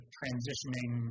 transitioning